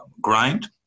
grind